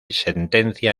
sentencia